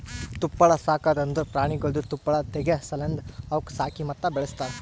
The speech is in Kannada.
ತುಪ್ಪಳ ಸಾಕದ್ ಅಂದುರ್ ಪ್ರಾಣಿಗೊಳ್ದು ತುಪ್ಪಳ ತೆಗೆ ಸಲೆಂದ್ ಅವುಕ್ ಸಾಕಿ ಮತ್ತ ಬೆಳಸ್ತಾರ್